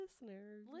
Listeners